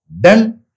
done